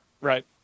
right